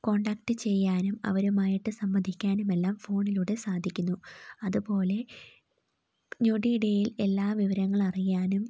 contact ചെയ്യാനും അവരുമായിട്ട് സംവദിക്കാനും എല്ലാം ഫോണിലൂടെ സാധിക്കുന്നു അതുപോലെ ഞൊടിയിടയിൽ എല്ലാ വിവരങ്ങളും അറിയാനും